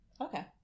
Okay